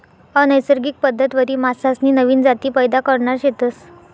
अनैसर्गिक पद्धतवरी मासासनी नवीन जाती पैदा करणार शेतस